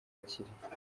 akire